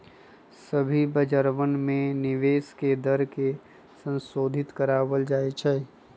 सभी बाजारवन में निवेश के दर के संशोधित करावल जयते हई